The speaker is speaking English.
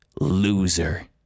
loser